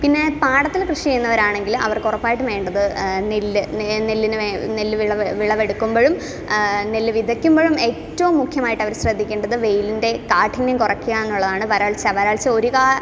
പിന്നെ പാടത്തിൽ കൃഷി ചെയ്യുന്നവരാണെങ്കിൽ അവർക്ക് ഉറപ്പായിട്ടും വേണ്ടത് നെല്ല് നെല്ലിന് നെല്ല് വിളവ് വിളവെടുക്കുബോഴും നെല്ല് വിതക്കുബോഴും ഏറ്റവും മുഖ്യമായിട്ടും അവർ ശ്രദ്ധിക്കേണ്ടത് വെയിലിൻ്റെ കാഠിന്യം കുറയ്ക്കുക എന്നുള്ളതാണ് വരൾച്ച വരൾച്ച ഒരുക